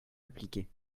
appliquée